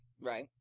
Right